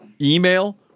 email